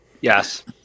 Yes